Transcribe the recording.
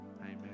Amen